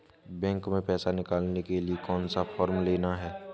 Bank में पैसा निकालने के लिए कौन सा फॉर्म लेना है?